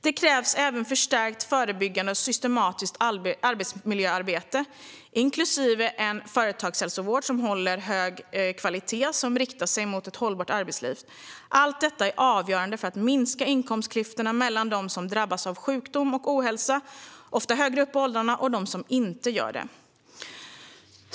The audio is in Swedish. Det krävs även förstärkt förebyggande och systematiskt arbetsmiljöarbete, inklusive en företagshälsovård som håller hög kvalitet och som riktar sig mot ett hållbart arbetsliv. Allt detta är avgörande för att minska inkomstklyftorna mellan dem som drabbas av sjukdom och ohälsa, ofta högre upp i åldrarna, och dem som inte gör det. Fru talman!